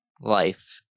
life